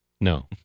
No